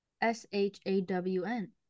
S-H-A-W-N